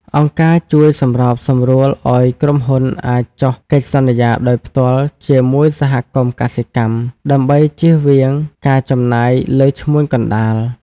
អង្គការជួយសម្របសម្រួលឱ្យក្រុមហ៊ុនអាចចុះកិច្ចសន្យាដោយផ្ទាល់ជាមួយសហគមន៍កសិកម្ម ដើម្បីជៀសវាងការចំណាយលើឈ្មួញកណ្ដាល។